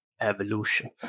evolution